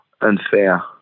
unfair